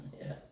Yes